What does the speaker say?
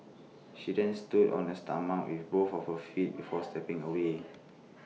she then stood on his stomach with both of her feet before stepping away